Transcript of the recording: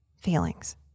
feelings